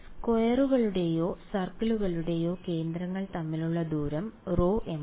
സ്ക്വയറുകളുടെയോ സർക്കിളുകളുടെയോ കേന്ദ്രങ്ങൾ തമ്മിലുള്ള ദൂരം ρmn